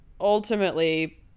ultimately